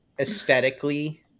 aesthetically